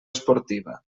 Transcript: esportiva